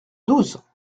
douze